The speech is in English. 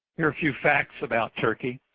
here are a few facts about turkey,